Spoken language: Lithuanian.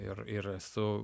ir ir esu